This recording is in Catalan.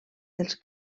dels